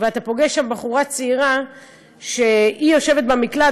ואתה פוגש שם בחורה צעירה שיושבת במקלט,